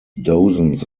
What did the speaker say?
dozens